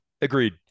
agreed